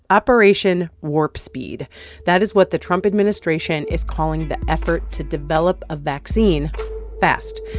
operation warp speed that is what the trump administration is calling the effort to develop a vaccine fast.